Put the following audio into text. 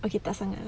okay tak sangat lah